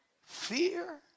Fear